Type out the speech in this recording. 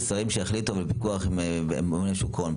השרים שיחליטו בפיקוח עם הממונה על שוק ההון,